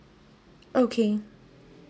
okay